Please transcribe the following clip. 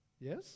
yes